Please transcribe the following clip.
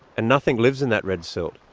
and nothing lives in that red silt,